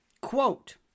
Quote